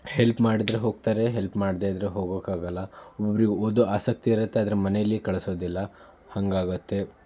help ಮಾಡಿದ್ರೆ ಹೋಗ್ತಾರೆ help ಮಾಡದೇ ಇದ್ದರೆ ಹೋಗೋಕ್ಕಾಗೋಲ್ಲ ಒಬೊಬ್ರಿಗೆ ಓದೋ ಆಸಕ್ತಿ ಇರುತ್ತೆ ಆದರೆ ಮನೆಯಲ್ಲಿ ಕಳಿಸೋದಿಲ್ಲ ಹಾಗಾಗತ್ತೆ